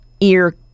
ear